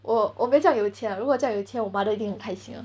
我我没有这样有钱 lah 如果这样有钱我 mother 一定很开心的